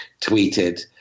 tweeted